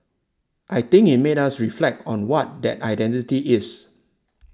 I think it made us reflect on what that identity is